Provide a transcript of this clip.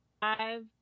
five